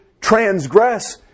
transgress